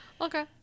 Okay